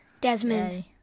Desmond